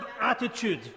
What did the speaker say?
attitude